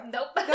Nope